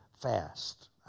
fast